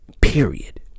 period